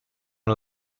nur